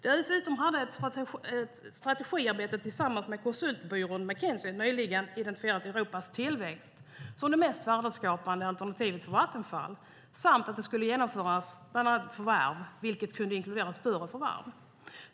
Dessutom hade ett strategiarbete tillsammans med konsultbyrån McKinsey identifierat europeisk tillväxt som det mest värdeskapande alternativet för Vattenfall samt att det skulle genomföras genom bland annat förvärv, vilket kunde inkludera större förvärv.